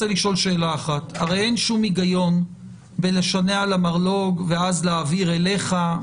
הרי אין שום היגיון בלשנע למרלו"ג ואז להעביר אליך.